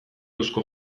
eusko